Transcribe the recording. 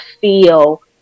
feel